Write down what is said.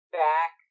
back